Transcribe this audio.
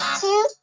two